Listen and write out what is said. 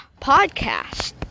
podcast